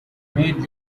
made